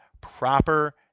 proper